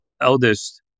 eldest